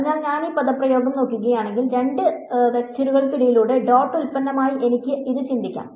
അതിനാൽ ഞാൻ ഈ പദപ്രയോഗം നോക്കുകയാണെങ്കിൽ രണ്ട് വെക്റ്ററുകൾക്കിടയിലുള്ള ഡോട്ട് ഉൽപ്പന്നമായി എനിക്ക് ഇത് ചിന്തിക്കാം